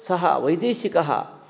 सः वैदेशिकः